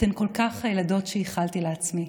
אתן כל כך הילדות שאיחלתי לעצמי.